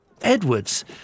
Edwards